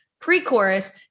pre-chorus